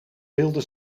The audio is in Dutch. wilde